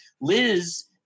Liz